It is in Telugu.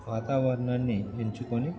వాతావరణాన్ని ఎంచుకొని